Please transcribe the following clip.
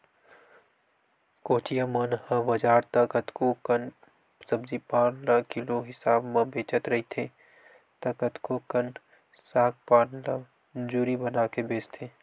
कोचिया मन ह बजार त कतको कन सब्जी पान ल किलो हिसाब म बेचत रहिथे त कतको कन साग पान मन ल जूरी बनाके बेंचथे